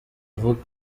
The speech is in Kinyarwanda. avuga